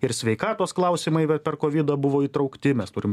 ir sveikatos klausimai per kovidą buvo įtraukti mes turim